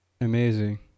amazing